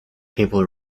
people